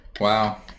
wow